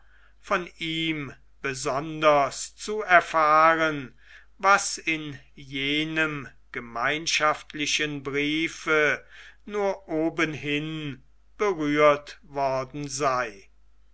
von ihm besonders zu erfahren was in jenem gemeinschaftlichen briefe nur obenhin berührt worden sei